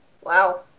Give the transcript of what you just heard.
Wow